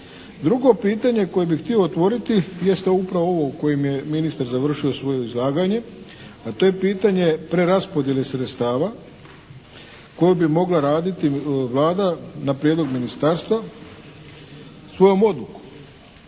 Drugo pitanje koje bih htio otvoriti jeste upravo ovo kojim je ministar završio svoje izlaganje a to je pitanje preraspodjele sredstava koju bi mogla raditi Vlada na prijedlog Ministarstva svojom odlukom.